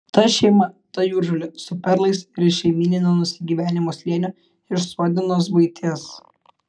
ta šeima ta jūržolė su perlais ir iš šeimyninio nusigyvenimo slėnio iš suodinos buities